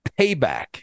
payback